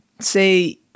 say